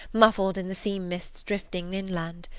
muffled in the sea-mists drifting inland.